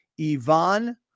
Ivan